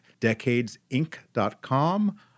decadesinc.com